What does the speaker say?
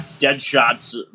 Deadshot's